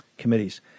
committees